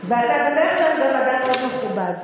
ואתה בדרך כלל גם אדם מאוד מכובד.